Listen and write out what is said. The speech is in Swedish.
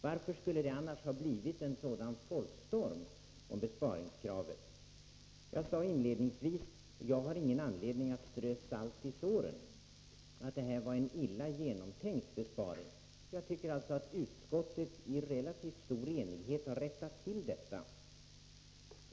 Varför skulle det annars ha blivit en sådan folkstorm om besparingskravet? Jag har ingen anledning att strö salt i såren, men jag sade inledningsvis att det här var en illa genomtänkt besparing. Jag tycker alltså att utskottet i relativt stor enighet har rättat till detta.